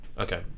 Okay